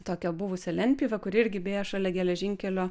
tokią buvusią lentpjūvę kuri irgi beje šalia geležinkelio